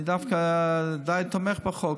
אני דווקא די תומך בחוק,